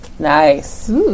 Nice